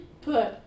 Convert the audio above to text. put